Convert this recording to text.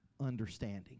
understanding